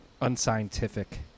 unscientific